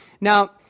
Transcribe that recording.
Now